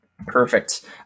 Perfect